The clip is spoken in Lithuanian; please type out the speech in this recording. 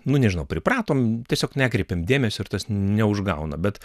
nu nežinau pripratom tiesiog nekreipiam dėmesio ir tas neužgauna bet